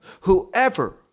whoever